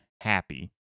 happy